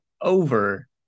over